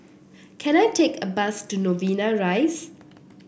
can I take a bus to Novena Rise